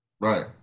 Right